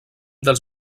dels